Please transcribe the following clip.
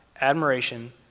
admiration